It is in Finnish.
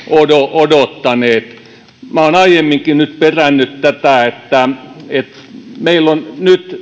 odottaneet minä olen aiemminkin perännyt tätä meillä on nyt